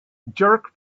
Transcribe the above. jerk